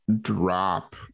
drop